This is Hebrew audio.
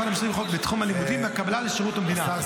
למשרתים בתחום הלימודים והקבלה לשירות המדינה.